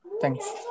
thanks